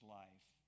life